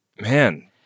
Man